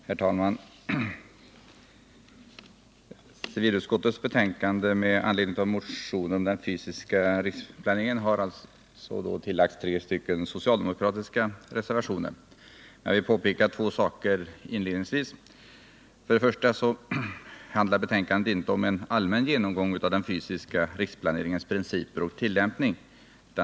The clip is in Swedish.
Herr talman! Till civilutskottets betänkande med anledning av motioner om den fysiska riksplaneringen har fogats tre socialdemokratiska reservationer. Jag vill påpeka två saker inledningsvis. För det första är inte betänkandet en allmän genomgång av den fysiska riksplaneringens principer och tillämpning.